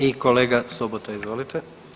I kolega Sobota, izvolite.